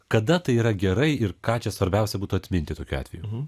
kada tai yra gerai ir ką čia svarbiausia būtų atminti tokiu atveju